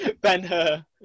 Ben-Hur